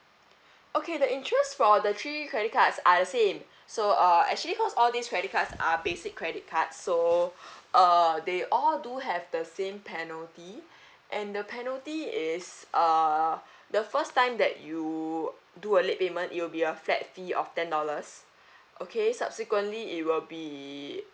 okay the interest for the three credit cards are the same so uh actually cause all these credit cards are basic credit cards so err they all do have the same penalty and the penalty is uh the first time that you do a late payment it'll be a flat fee of ten dollars okay subsequently it will be